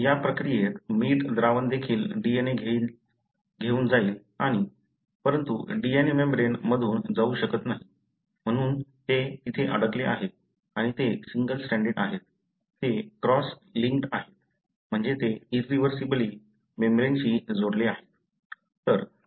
तर या प्रक्रियेत मीठ द्रावण देखील DNA घेऊन जाईल आणि परंतु DNA मेम्ब्रेन मधून जाऊ शकत नाही म्हणून ते तिथे अडकले आहेत आणि ते सिंगल स्ट्राँडेड आहेत ते क्रॉस लिंक्ड आहेत म्हणजे ते इर्रिव्हर्सिबली मेम्ब्रेनशी जोडलेले आहेत